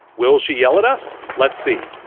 will she yell at us? let's see.